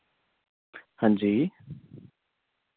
हां जी